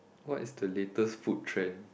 what is the latest food trend